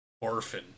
Orphan